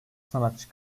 sanatçı